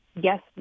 yes